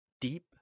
deep